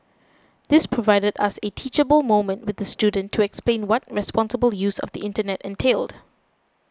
this provided us a teachable moment with the student to explain what responsible use of the internet entailed